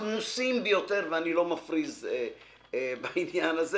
הכמוסים ביותר ואני לא מפריז בעניין הזה